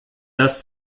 das